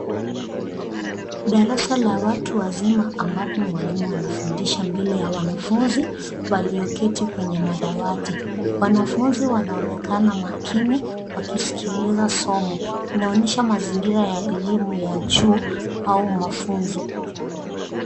Darasa la watu wazima ambapo mwalimu anafundisha mbele ya wanafunzi walioketi kwenye madawati. Wanafunzi wanaonekana makini, wakisikiliza somo. Inaonyesha mazingira ya elimu ya juu au mafunzo.